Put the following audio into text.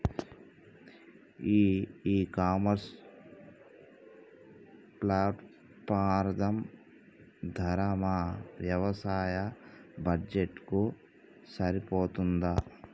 ఈ e commerce platform ధర మా వ్యవసాయ బడ్జెట్ కు సరిపోతుందా?